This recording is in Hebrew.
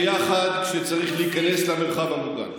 ביחד כשצריך להיכנס למרחב המוגן.